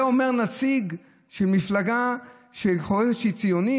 את זה אומר נציג של מפלגה שחושבת שהיא ציונית,